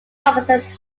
officers